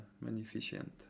magnificent